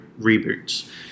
reboots